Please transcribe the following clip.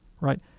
right